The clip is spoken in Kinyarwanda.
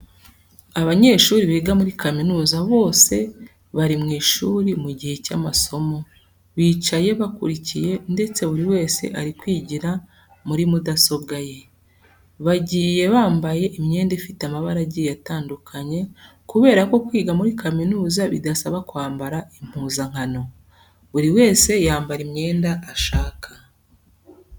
Abanyeshuri biga muri kaminuza bose bari mu ishuri mu gihe cy'amasomo, bicaye bakurikiye ndetse buri wese ari kwigira muri mudasobwa ye. Bagiye bambaye imyenda ifite amabara agiye atandukanye kubera ko kwiga muri kaminuza bidasaba kwambara impuzankano. Buri wese yambara imyenda ashaka.